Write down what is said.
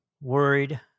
worried